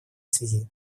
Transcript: связи